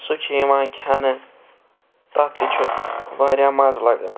سُہ چھُ یِوان کھٮ۪نہٕ تَتھ تہِ چھُ واریاہ مَزٕ لگان